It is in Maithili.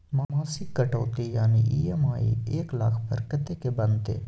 मासिक कटौती यानी ई.एम.आई एक लाख पर कत्ते के बनते?